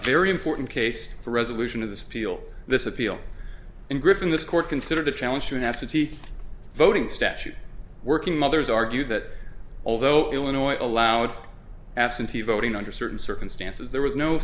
very important case for resolution of this appeal this appeal in griffin this court considered a challenge to have to teeth voting statute working mothers argue that although illinois allowed absentee voting under certain circumstances there was no